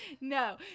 No